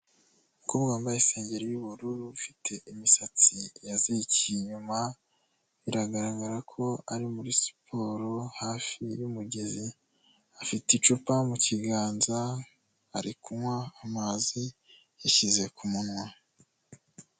Umukobwa wambaye isengeri y'ubururu ufite imisatsi yazirikiye inyuma; biragaragara ko ari muri siporo hafi y'umugezi; afite icupa mu kiganza ari kunywa amazi yashyize ku munwa.